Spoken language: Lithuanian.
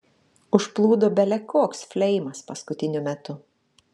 užplūdo bele koks fleimas paskutiniu metu